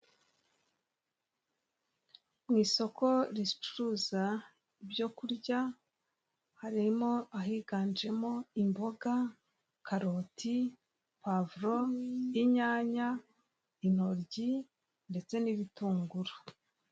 Mu isoko ricuruza ibyokurya harimo ahiganjemo imboga, karoti, povuro, inyanya, intoryi ndetse n'ibitunguru.